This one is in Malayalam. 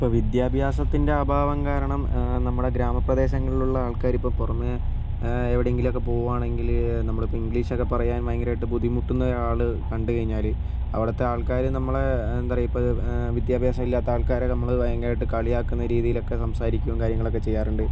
ഇപ്പോൾ വിദ്യാഭ്യാസത്തിൻ്റെ അഭാവം കാരണം നമ്മുടെ ഗ്രാമപ്രദേശങ്ങളിലുള്ള ആൾക്കാർ ഇപ്പോൾ പുറമേ എവിടെയെങ്കിലുമൊക്കെ പോവുവാണെങ്കിൽ നമ്മളിപ്പോൾ ഇംഗ്ലീഷ് ഒക്കെ പറയാൻ ഭയങ്കരമായിട്ട് ബുദ്ധിമുട്ടുന്ന ഒരാളെ കണ്ടുകഴിഞ്ഞാൽ അവിടുത്തെ ആൾക്കാർ നമ്മളെ എന്താണ് പറയുക ഇപ്പോൾ വിദ്യാഭ്യാസമില്ലാത്ത ആൾക്കാരെ നമ്മൾ ഭയങ്കരമായിട്ട് കളിയാക്കുന്ന രീതിയിലൊക്കെ സംസാരിക്കും കാര്യങ്ങളൊക്കെ ചെയ്യാറുണ്ട്